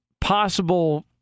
possible –